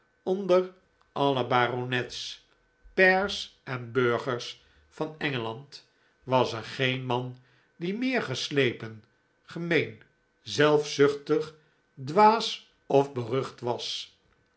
onder alle baronets pairs en burgers van engeland was er geen man die meer geslepen gemeen zelfzuchtig dwaas of berucht was